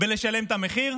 ולשלם את המחיר,